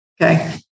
Okay